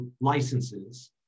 licenses